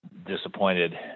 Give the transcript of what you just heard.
disappointed